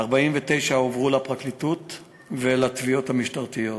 49 הועברו לפרקליטות ולתביעות המשטרתיות.